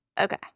Okay